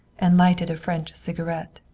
and lighted a french cigarette.